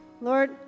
Lord